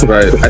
Right